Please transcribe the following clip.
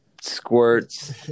squirts